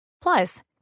Plus